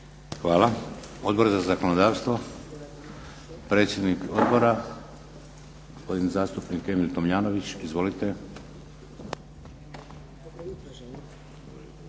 Hvala. Odbor za zakonodavstvo, predsjednik odbora gospodin zastupnik Emil Tomljanović. Izvolite.